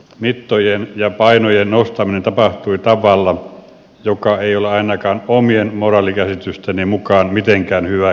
mittojen ja painojen nostaminen tapahtui tavalla joka ei ole ainakaan omien moraalikäsitysteni mukaan mitenkään hyväksyttävissä